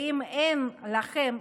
ואם אין לכם,